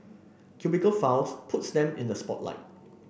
cubicle Files puts them in the spotlight